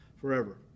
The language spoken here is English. forever